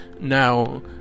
Now